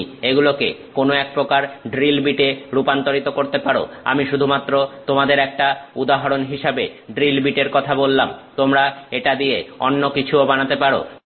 তুমি এগুলোকে কোন এক প্রকার ড্রিল বিটে রূপান্তরিত করতে পারো আমি শুধুমাত্র তোমাদের একটা উদাহরন হিসাবে ড্রিল বিটের কথা বললাম তোমরা এটা দিয়ে অন্য কিছুও বানাতে পারো